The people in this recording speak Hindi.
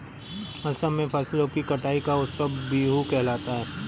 असम में फसलों की कटाई का उत्सव बीहू कहलाता है